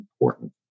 important